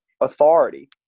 authority